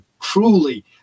truly